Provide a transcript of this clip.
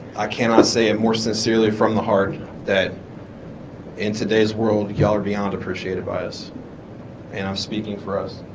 i cannot say it more sincerely from the heart that in today's world y'all are beyond appreciated by us and i'm speaking for us